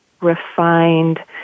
refined